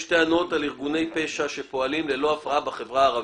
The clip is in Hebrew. יש טענות על ארגוני פשע שפועלים ללא הפרעה בחברה הערבית.